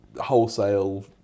wholesale